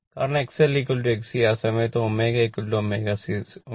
കാരണം XLXC ആ സമയത്ത് ωω0 സമയത്ത് Z R